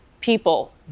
people